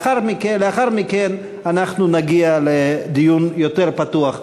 לאחר מכן נגיע לדיון יותר פתוח.